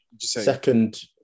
second